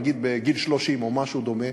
נגיד בגיל 30 או משהו דומה,